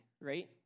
right